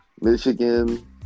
Michigan